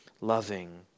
loving